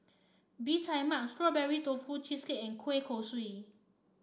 Bee Tai Mak Strawberry Tofu Cheesecake and Kueh Kosui